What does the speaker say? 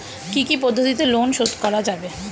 কি কি পদ্ধতিতে লোন শোধ করা যাবে?